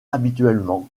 habituellement